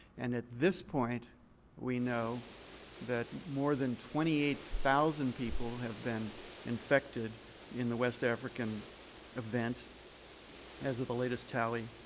and at this point we know that more than twenty eight thousand people have been infected in the west african event as of the latest tally.